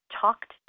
talked